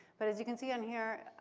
but as you can see on here,